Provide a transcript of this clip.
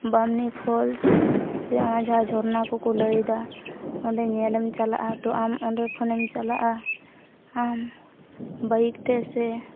ᱵᱟᱢᱱᱤ ᱯᱷᱚᱞᱥ ᱥᱮ ᱚᱱᱟ ᱡᱟᱦᱟᱸ ᱡᱷᱚᱨᱱᱟᱠᱚ ᱠᱚ ᱞᱟᱹᱭᱫᱟ ᱚᱸᱰᱮ ᱧᱮᱞᱮᱢ ᱪᱟᱞᱟᱜᱼᱟ ᱛᱚ ᱟᱢ ᱚᱸᱰᱮ ᱠᱷᱚᱱᱮᱢ ᱪᱟᱞᱟᱜᱼᱟ ᱟᱢ ᱵᱟᱭᱤᱠᱛᱮ ᱥᱮ